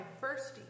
first